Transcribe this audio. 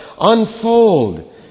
unfold